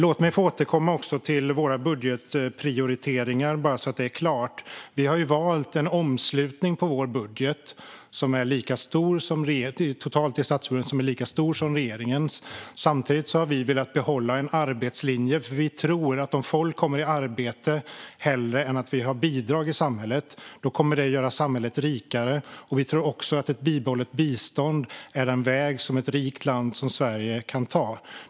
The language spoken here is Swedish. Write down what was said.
Låt mig återkomma till våra budgetprioriteringar, så att detta blir klart. Vi har valt en total omslutning i vårt förslag till statsbudget som är lika stor som i regeringens budget. Samtidigt har vi velat behålla en arbetslinje, för vi tror att det kommer att göra samhället rikare om folk kommer i arbete hellre än att de får bidrag. Vi tror också att ett bibehållet bistånd är en väg som ett rikt land som Sverige kan ta.